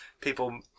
people